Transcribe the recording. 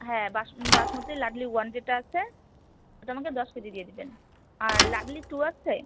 হ্যাঁ বাস বাসমতি লাডলি ওয়ান যেটা আছে ওটা আমাকে দশ কেজি দিয়ে দিবেন আর লাডলি টু আছে